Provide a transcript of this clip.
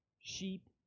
Sheep